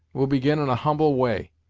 we'll begin in a humble way,